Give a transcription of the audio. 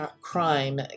crime